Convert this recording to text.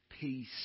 Peace